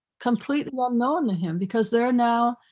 completely unknown to him because there are now,